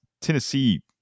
Tennessee